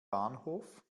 bahnhof